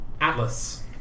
Atlas